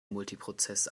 multiprozess